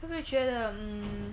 会不会觉得 mm